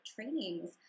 trainings